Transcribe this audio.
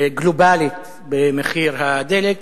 גלובלית במחיר הדלק,